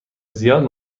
زیاد